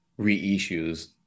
reissues